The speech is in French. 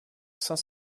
cinq